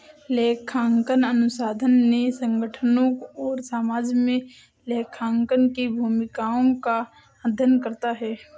लेखांकन अनुसंधान ने संगठनों और समाज में लेखांकन की भूमिकाओं का अध्ययन करता है